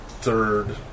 Third